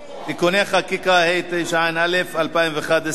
(תיקוני חקיקה), התשע"א 2011,